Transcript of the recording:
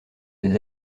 des